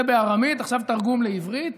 זה בארמית, ועכשיו תרגום לעברית: